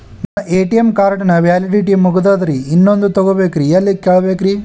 ನನ್ನ ATM card ನ validity ಮುಗದದ್ರಿ ಇನ್ನೊಂದು ತೊಗೊಬೇಕ್ರಿ ಎಲ್ಲಿ ಕೇಳಬೇಕ್ರಿ?